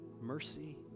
mercy